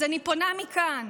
אני פונה מכאן